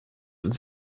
ins